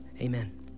amen